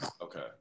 okay